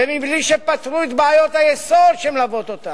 ומבלי שפתרו את בעיות היסוד שמלוות אותם.